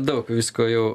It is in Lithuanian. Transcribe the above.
daug visko jau